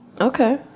Okay